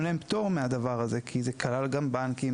להם פטור מהדבר הזה כי זה כלל גם בנקים,